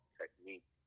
technique